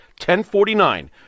1049